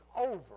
over